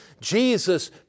Jesus